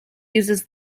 uses